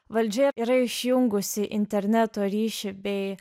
valdžia yra išjungusi interneto ryšį bei